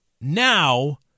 now